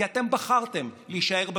כי אתם בחרתם להישאר בסוליה.